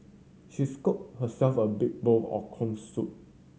she scooped herself a big bowl of corn soup